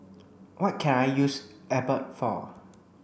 what can I use Abbott for